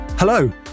Hello